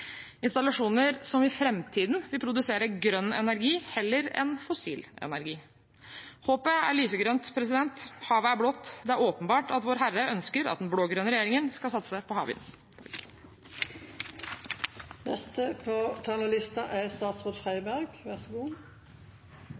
installasjoner som i framtiden vil produsere grønn energi heller enn fossil energi. Håpet er lysegrønt, havet er blått, det er åpenbart at Vårherre ønsker at den blå-grønne regjeringen skal satse på havvind. Representanten Westgaard-Halle har stilt følgende spørsmål: Vil regjeringen stimulere til satsing på